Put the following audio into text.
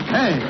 Hey